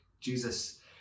Jesus